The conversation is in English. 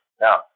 Now